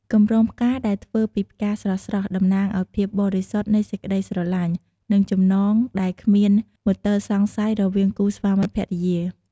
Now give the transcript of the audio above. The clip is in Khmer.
កម្រងផ្កាដែលធ្វើពីផ្កាស្រស់ៗ តំណាងឱ្យភាពបរិសុទ្ធនៃសេចក្តីស្រឡាញ់ និងចំណងដែលគ្មានមន្ទិលសង្ស័យរវាងគូស្វាមីភរិយា។